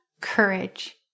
courage